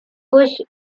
push